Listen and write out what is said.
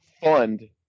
fund